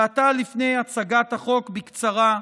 ועתה, לפני הצגת החוק בקצרה,